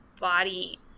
body